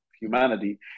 humanity